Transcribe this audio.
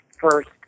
first